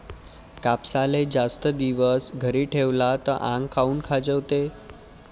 कापसाले जास्त दिवस घरी ठेवला त आंग काऊन खाजवते?